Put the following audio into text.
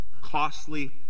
costly